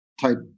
type